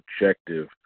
objective